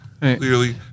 clearly